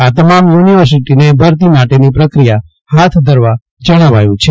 આ તમામ યુનિવર્સિટીને ભરતી માટેની પ્રક્રિયા હાથ ધરવા જણાવાયું છે